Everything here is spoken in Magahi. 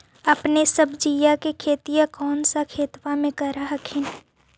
अपने सब्जिया के खेतिया कौन सा खेतबा मे कर हखिन?